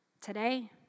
today